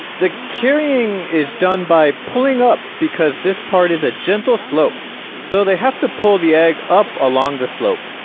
the carrying is done by pulling up because this part is a gentle slope i mean so they have to pull the egg up along the slope